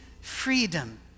freedom